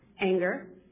anger